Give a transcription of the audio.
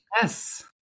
Yes